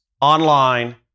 online